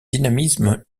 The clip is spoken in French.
dynamisme